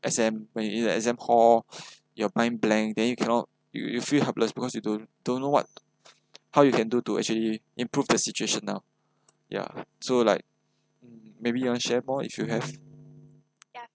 exam when you in the exam hall your mind blank then you can not you~ you feel helpless because you don't don't know what how you can do to actually improve the situation now ya so like maybe you want share more if you have